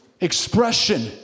expression